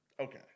Okay